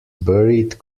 buried